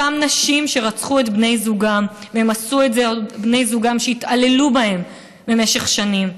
אותן נשים שרצחו את בני זוגן שהתעללו בהן במשך שנים,